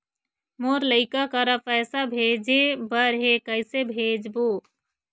मोर लइका करा पैसा भेजें बर हे, कइसे भेजबो?